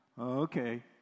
okay